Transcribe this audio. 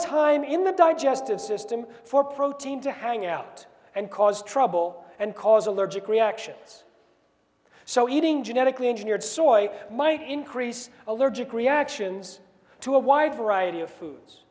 time in the digestive system for protein to hang out and cause trouble and cause allergic reactions so eating genetically engineered soy might increase allergic reactions to a wide variety of foods